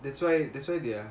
that's why that's why they are